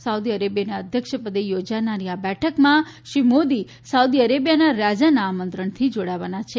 Saudi અરેબિયાના અધ્યક્ષપદે યોજાનારી આ બેઠકમાં શ્રી મોદી સાઉદી અરેબિયાના રાજાના આમંત્રણથી જોડાવાના છે